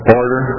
order